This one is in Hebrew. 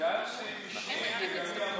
התייעצתי עם אשתי,